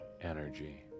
energy